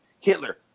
Hitler